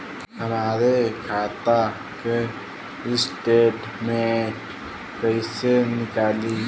हमरे खाता के स्टेटमेंट कइसे निकली?